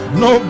no